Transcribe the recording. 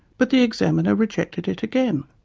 but the examiner rejected it again.